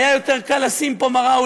היה יותר קל לשים פה מראה,